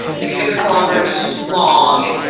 like six kilometers long,